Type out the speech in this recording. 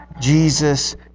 Jesus